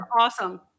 Awesome